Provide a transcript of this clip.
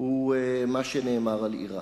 הוא מה שנאמר על אירן.